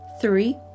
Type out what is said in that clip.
Three